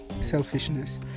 selfishness